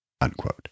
Unquote